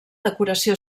decoració